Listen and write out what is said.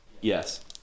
Yes